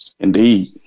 Indeed